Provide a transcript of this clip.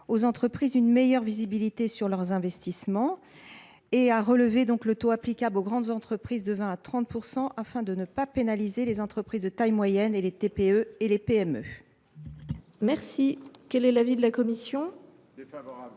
leur offrir une meilleure visibilité sur leurs investissements. Il tend également à relever le taux applicable aux grandes entreprises, de 20 % à 30 %, afin de ne pas pénaliser les entreprises de taille moyenne et les PME. Quel est l’avis de la commission ? Défavorable.